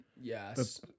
Yes